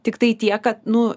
tiktai tiek kad nu